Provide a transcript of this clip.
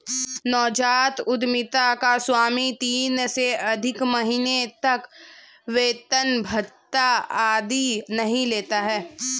नवजात उधमिता का स्वामी तीन से अधिक महीने तक वेतन भत्ता आदि नहीं लेता है